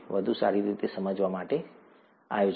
વધુ સારી રીતે સમજવા માટે આયોજન